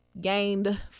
Gained